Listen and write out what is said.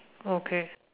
okay